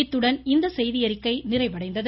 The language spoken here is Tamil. இத்துடன் இந்த செய்தியறிக்கை முடிவடைந்தது